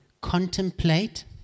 contemplate